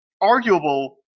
arguable